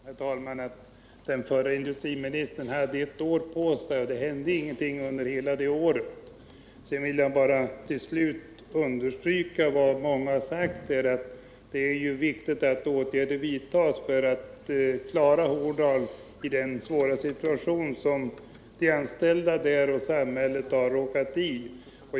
Herr talman! Jag vill erinra om att den förre industriministern hade ett år på sig, men det hände ingenting under hela det året. Till slut vill jag understryka vad många tidigare sagt, att det är viktigt att åtgärder vidtas för att klara Horndal ur den svåra situation som de anställda där och samhället har råkat i.